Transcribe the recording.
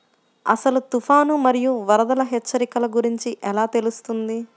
అసలు తుఫాను మరియు వరదల హెచ్చరికల గురించి ఎలా తెలుస్తుంది?